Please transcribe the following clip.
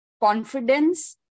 confidence